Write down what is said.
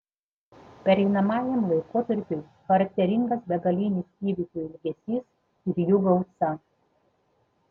pereinamajam laikotarpiui charakteringas begalinis įvykių ilgesys ir jų gausa